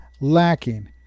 lacking